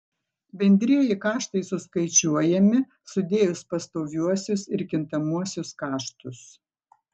bendrieji kaštai suskaičiuojami sudėjus pastoviuosius ir kintamuosius kaštus